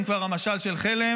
אם כבר המשל של חלם,